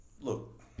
look